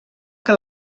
que